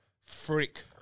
Freak